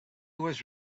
was